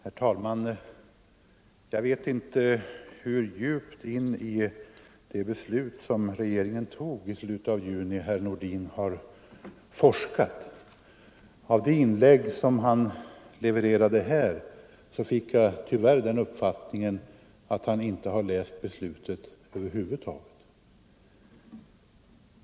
Herr talman! Jag vet inte hur djupt in i det beslut som regeringen fattade i slutet av juni herr Nordin har forskat. Av det inlägg som han levererade här fick jag tyvärr den uppfattningen att han inte har läst beslutet över huvud taget.